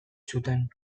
zuten